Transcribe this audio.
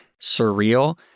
surreal